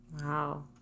wow